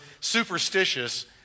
superstitious